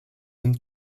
been